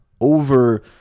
over